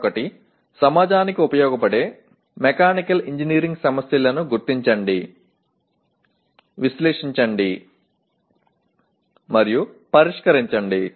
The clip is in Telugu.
మరొకటి సమాజానికి ఉపయోగపడే మెకానికల్ ఇంజనీరింగ్ సమస్యలను గుర్తించండి విశ్లేషించండి పరిష్కరించండి